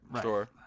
Sure